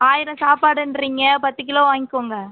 ஆயிரம் சாப்பாடுன்றீங்க பத்து கிலோ வாங்க்கோங்க